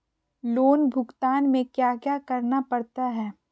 loan भुगतान में क्या क्या करना पड़ता है